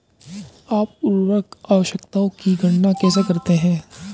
आप उर्वरक आवश्यकताओं की गणना कैसे करते हैं?